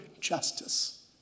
justice